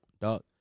dog